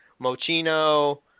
Mochino